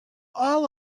all